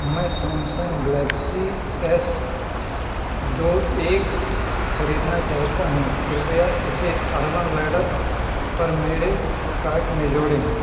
मैं Samsung Galaxy S two one खरीदना चाहता हूँ कृपया इसे अर्बन लैडर पर मेरे कार्ट में जोड़ें